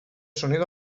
sonido